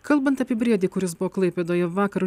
kalbant apie briedį kuris buvo klaipėdoje vakar